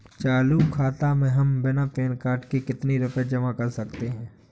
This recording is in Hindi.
चालू खाता में हम बिना पैन कार्ड के कितनी रूपए जमा कर सकते हैं?